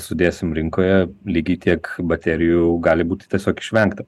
sudėsim rinkoje lygiai tiek baterijų gali būti tiesiog išvengta